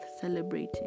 celebrating